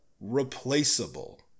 replaceable